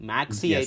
Maxi